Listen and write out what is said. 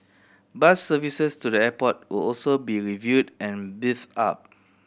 bus services to the airport will also be reviewed and beefed up